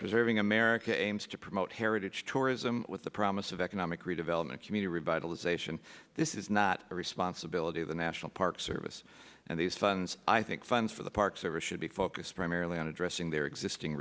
preserving america aims to promote heritage tourism with the promise of economic redevelopment community revitalization this is not the responsibility of the national park service and these funds i think funds for the park service should be focused primarily on addressing their existing